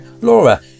Laura